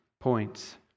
points